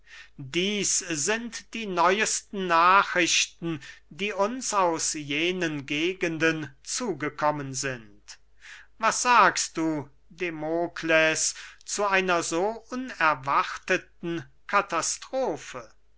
dieß sind die neuesten nachrichten die uns aus jenen gegenden zugekommen sind was sagst du demokles zu einer so unerwarteten katastrofe